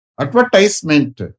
Advertisement